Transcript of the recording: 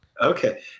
Okay